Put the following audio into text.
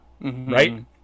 Right